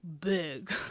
big